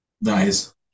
nice